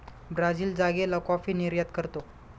Brazil जागेला coffee निर्यात करतो